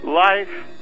Life